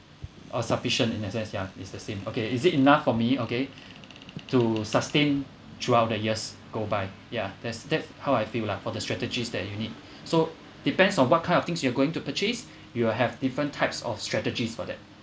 or sufficient in a sense ya is the same okay is it enough for me okay to sustain throughout the years go by ya that's that's how I feel lah for the strategies that you need so depends on what kind of things you're going to purchase you will have different types of strategies for that